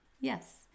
Yes